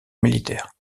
militaire